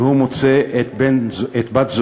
והוא מוצא את בת-זוגו,